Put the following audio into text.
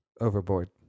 Overboard